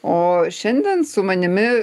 o šiandien su manimi